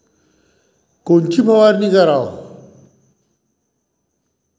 कोनची फवारणी कराव?